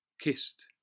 kissed